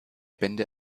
bände